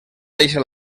deixa